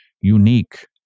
unique